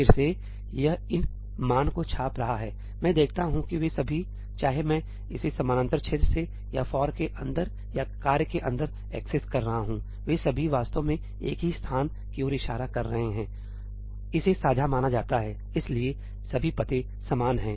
फिर से यह इन मान को छाप रहा है मैं देखता हूं कि वे सभी चाहे मैं इसे समानांतर क्षेत्र से या फॉर'for' के अंदर या 'कार्य' के अंदर एक्सेस कर रहा हूं वे सभी वास्तव में एक ही स्थान की ओर इशारा कर रहे हैं इसे साझा माना जाता है इसलिए सभी पते समान हैं